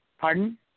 Pardon